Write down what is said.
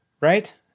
right